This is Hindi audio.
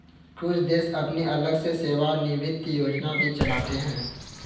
कुछ देश अपनी अलग से सेवानिवृत्त योजना भी चलाते हैं